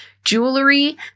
Jewelry